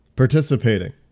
participating